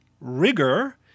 rigor